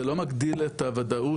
זה לא מגדיל את הוודאות,